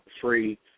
free